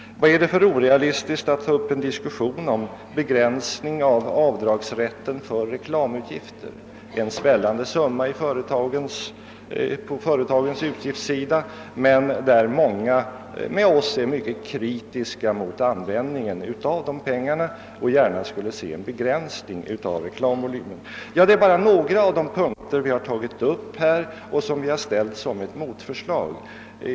Var ligger det orealistiska i att ta upp en diskussion om begränsning av avdragsrätten för reklamutgifter? Reklamkostnaderna utgör en svällande summa på företagens utgiftssida. Många med oss är mycket kritiska mot användningen av dessa pengar, och vi skulle gärna se en begränsning av reklamvolymen. Detta är bara några av de punkter vi har tagit upp som motförslag.